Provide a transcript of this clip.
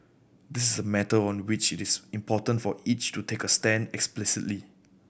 this is a matter on which it is important for each to take a stand explicitly